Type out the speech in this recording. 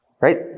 Right